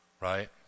right